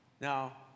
Now